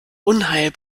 unheil